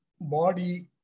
body